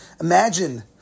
Imagine